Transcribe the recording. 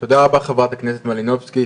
תודה רבה חה"כ מלינובסקי,